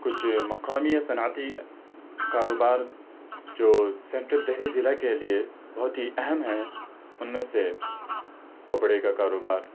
کچھ مقامی یا صنعتی کاروبار جو سنٹرل دہلی ضلع کے لیے بہت ہی اہم ہیں ان میں سے کپڑے کا کاروبار